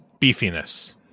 beefiness